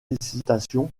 sollicitations